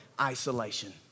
isolation